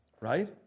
right